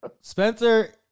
Spencer